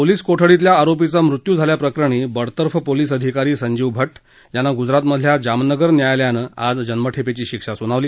police कोठडीतल्या आरोपीचा मृत्यू झाल्याप्रकरणी बडतर्फ पोलिस अधिकारी संजीव भट्ट यांना गुजरातमधल्या जामनगर न्यायालयानं आज जन्मठेपेची शिक्षा सुनावली